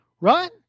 right